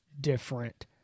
different